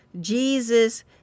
Jesus